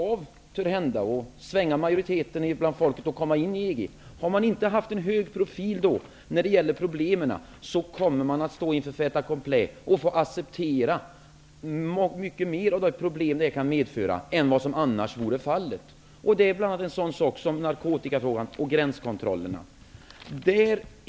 Om majoriteten av folket tör hända nu skulle vända så att vi blir medlemmar i EG, och om profilen när det gäller problemen med narkotika och gränskontrollerna inte har varit hög, kommer vi att ställas inför fait accompli, och vi kommer att få acceptera mycket mer av de problem som det kan medföra än vad som annars vore fallet. Det handlar bl.a. om narkotikafrågan och om gränskontrollerna.